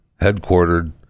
headquartered